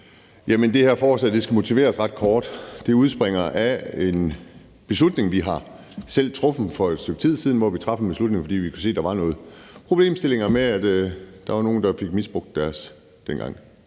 Det her forslag skal jeg motivere ret kort. Det udspringer af en beslutning, vi selv har truffet for et stykke tid siden. Vi traf den beslutning, fordi vi kunne se, at der var nogle problemstillinger med, at der var nogle, der fik misbrugt deres NemID,